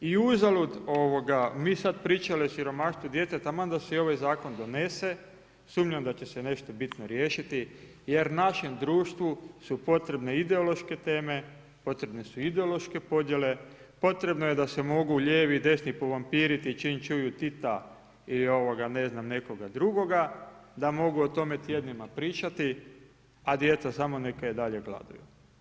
I uzalud mi sad pričali o siromaštvu djece, taman se i ovaj zakon donese, sumnjam da će se nešto bitno riješiti jer našem društvu su potrebne ideološke teme, potrebne su ideološke podjele, potrebno je da se mogu lijevi i desni povampiriti čim čuju Tita ili ne znam, nekoga drugoga, da mogu o tome tjednima pričati, a djeca samo neka i dalje gladuju.